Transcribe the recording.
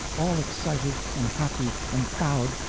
all excited and happy and proud,